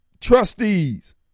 trustees